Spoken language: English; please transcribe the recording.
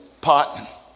pot